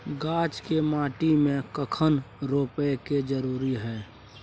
गाछ के माटी में कखन रोपय के जरुरी हय?